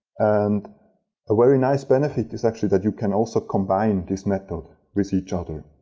and a very nice benefit is actually that you can also combine these methods with each other.